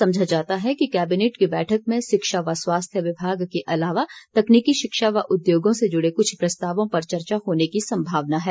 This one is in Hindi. समझा जाता है कि कैबिनेट की बैठक में शिक्षा व स्वास्थ्य विभाग के अलावा तकनीकी शिक्षा व उद्योगों से ज़ुड़े कुछ प्रस्तावों पर चर्चा होने की सम्भावना है